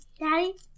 Daddy